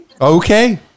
Okay